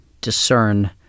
discern